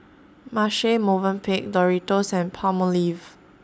Marche Movenpick Doritos and Palmolive